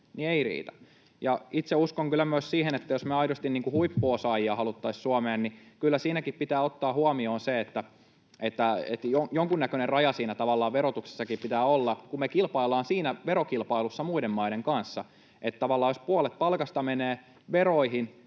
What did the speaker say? Eivät riitä. Itse uskon kyllä myös siihen, että jos me aidosti huippuosaajia haluaisimme Suomeen, niin kyllä siinäkin pitää ottaa huomioon se, että tavallaan jonkunnäköinen raja siinä verotuksessakin pitää olla, kun me kilpaillaan siinä verokilpailussa muiden maiden kanssa. Jos puolet palkasta menee veroihin,